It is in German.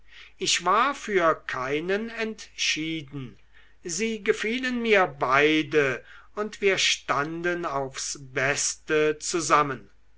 ich war für keinen entschieden sie gefielen mir beide und wir standen aufs beste zusammen